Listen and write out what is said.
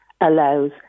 allows